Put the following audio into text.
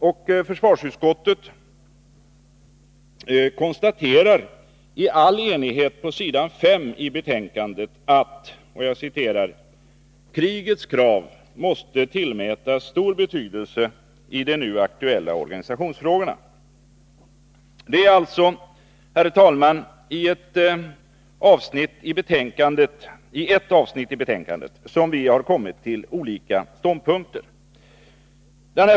Och försvarsutskottet konstaterar i all enighet på s. 5 i betänkande nr 15 att ”krigets krav måste tillmätas stor betydelse i de nu aktuella organisationsfrågorna”. Det är alltså, herr talman, i ett visst avsnitt i betänkandet som vi har kommit till olika ståndpunkter.